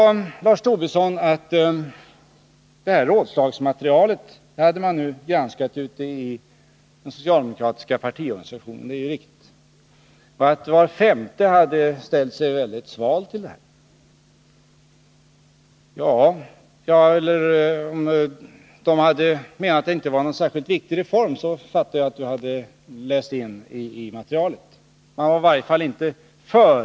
Lars Tobisson sade att man nu hade granskat rådslagsmaterialet i den socialdemokratiska partiorganisationen och att var femte socialdemokrat hade ställt sig väldigt sval till en marginalskattesänkning. De hade menat att tiska åtgärder detta inte var någon särskilt viktig reform — jag fattade att Lars Tobisson tolkat det så.